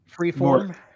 freeform